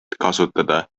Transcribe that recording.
kasutada